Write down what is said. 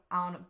on